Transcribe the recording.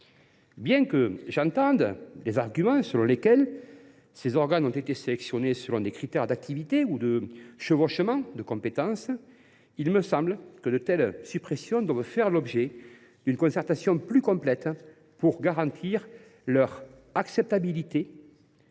Bien que j’entende les arguments selon lesquels ces organes ont été sélectionnés selon des critères d’activité ou de chevauchement de compétences, il me semble que de telles décisions doivent faire l’objet d’une concertation plus complète pour garantir leur acceptabilité.